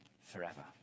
forever